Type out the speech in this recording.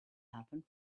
happen